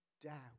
down